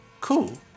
cool